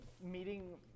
meeting